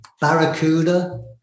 Barracuda